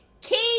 Keep